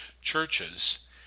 churches